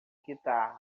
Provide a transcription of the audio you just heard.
guitarra